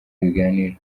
ibiganiro